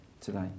today